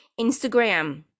Instagram